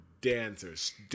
dancers